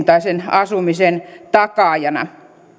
asumisen takaajana